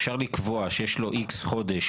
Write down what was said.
אפשר לקבוע שיש לו X חודש,